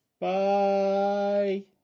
Bye